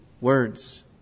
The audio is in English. Words